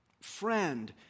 Friend